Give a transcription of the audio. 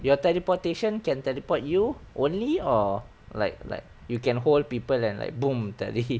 your teleportation can teleport you only or like like you can hold people and like boom tele